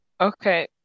Okay